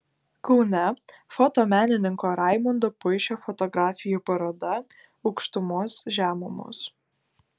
kaune fotomenininko raimondo puišio fotografijų paroda aukštumos žemumos